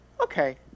okay